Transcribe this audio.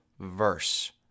verse